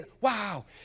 Wow